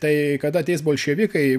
tai kada ateis bolševikai